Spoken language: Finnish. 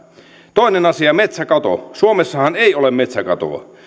toinen asia metsäkato suomessahan ei ole metsäkatoa